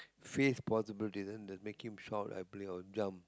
face possible didn't the make him shout happily or jump